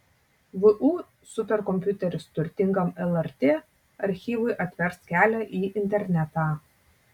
vu superkompiuteris turtingam lrt archyvui atvers kelią į internetą